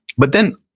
but then,